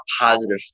positive